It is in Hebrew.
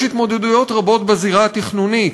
יש התמודדויות רבות בזירה התכנונית,